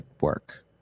work